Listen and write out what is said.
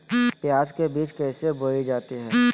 प्याज के बीज कैसे बोई जाती हैं?